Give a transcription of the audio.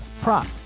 prop